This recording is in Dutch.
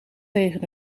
tegen